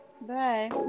Bye